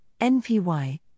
NPY